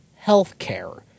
healthcare